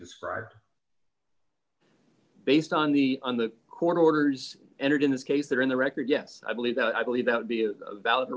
described based on the on the court orders entered in this case there in the record yes i believe that i believe that would be a valid